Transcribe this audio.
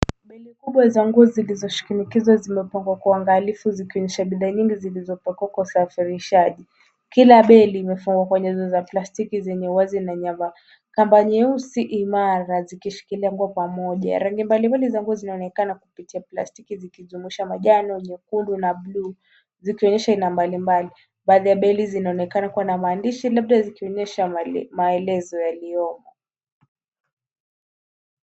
Beli kubwa za nguo zilizoshinikizwa zimepangwa kwa uangalifu zikionyesha bidhaa mingi zilizopakiwa kwa usafirishaji. Kila beli imefungwa kwa nyuzi za plastiki zenye uwazi na nyavu. Kamba nyeusi imara zikishikilia nguo pamoja, rangi mbalimbali za nguo zinaonekana kupitia plastiki zikijumuisha manjano, nyekundu, na buluu, zikionyesha aina mbalimbali. Baadhi ya beli zinaonekana kuwa na maandishi labda, zikionyesha maelezo yaliyomo.